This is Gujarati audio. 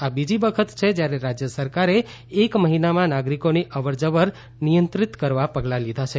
આ બીજી વખત છે જયારે રાજ્ય સરકારે એક મહિનામાં નાગરિકોની અવરજવર નિયંત્રિત કરવા પગલાં લીધા છે